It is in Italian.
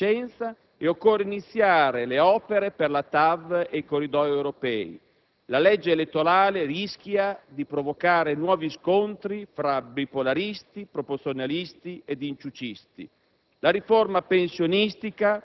va inserita la pratica Vicenza e occorre iniziare le opere per la TAV e il Corridoio europeo. La legge elettorale rischia di provocare nuovi scontri tra bipolaristi, proporzionalisti e inciucisti;